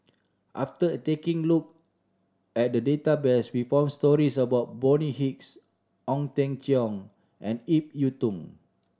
after taking look at the database we found stories about Bonny Hicks Ong Teng Cheong and Ip Yiu Tung